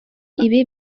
ibi